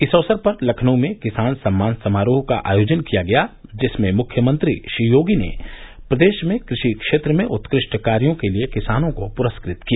इस अवसर पर लखनऊ में किसान सम्मान समारोह का आयोजन किया गया जिसमें मुख्यमंत्री श्री योगी ने प्रदेश में कृषि क्षेत्र में उत्कृष्ट कार्यो के लिए किसानों को पुरस्कृत किया